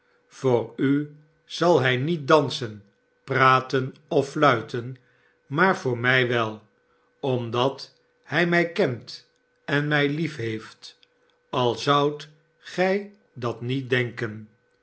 voor u zal hij nietdansen praten offluiten maar voor mij wel omdat hij mij kent en mij lief heeft al zoudt gij dat niet denken